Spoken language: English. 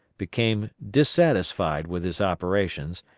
became dissatisfied with his operations,